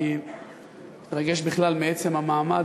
אני מתרגש בכלל מעצם המעמד,